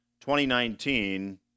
2019